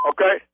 Okay